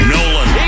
Nolan